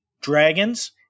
dragons